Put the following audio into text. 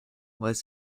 was